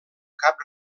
cap